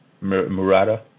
Murata